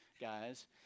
guys